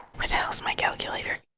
where the hell is my calculator?